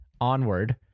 onward